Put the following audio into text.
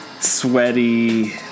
sweaty